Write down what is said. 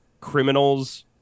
criminals